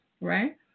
Right